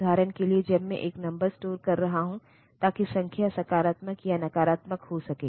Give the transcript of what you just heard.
उदाहरण के लिए जब मैं एक नंबर स्टोर कर रहा हूं ताकि संख्या सकारात्मक या नकारात्मक हो सके